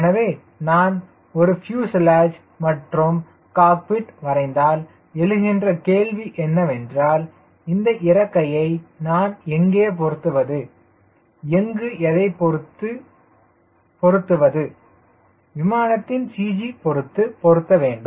எனவே நான் ஒரு பியூஸ்லேஜ் மற்றும் காக்பிட் வரைந்தால் எழுகின்ற கேள்வி என்னவென்றால் இந்த இறக்கையை நான் எங்கே பொருத்துவது எங்கு எதை பொருத்து பொருத்துவது விமானத்தின் CG பொருத்து பொருத்தவேண்டும்